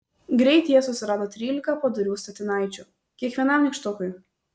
greit jie susirado trylika padorių statinaičių kiekvienam nykštukui